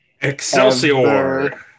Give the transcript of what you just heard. excelsior